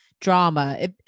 drama